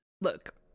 Look